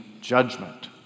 judgment